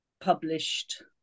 published